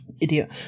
idiot